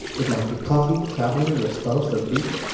it might be coffee, travelling, your spouse or the beach.